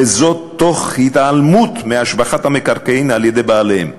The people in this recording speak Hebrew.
וזאת תוך התעלמות מהשבחת המקרקעין על-ידי בעליהם,